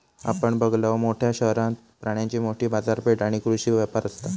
आपण बघलव, मोठ्या शहरात प्राण्यांची मोठी बाजारपेठ आणि कृषी व्यापार असता